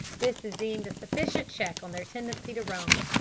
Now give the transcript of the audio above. this is deemed a sufficient check on their tendency to roam,